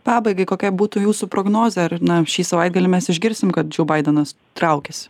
pabaigai kokia būtų jūsų prognozė ar na šį savaitgalį mes išgirsim kad baidenas traukiasi